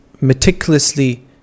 meticulously